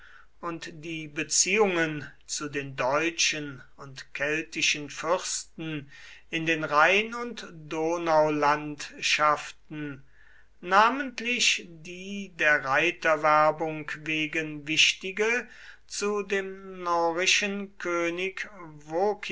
und die beziehungen zu den deutschen und keltischen fürsten in den rhein und donaulandschaften namentlich die der reiterwerbung wegen wichtige zu dem